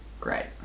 Great